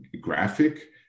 graphic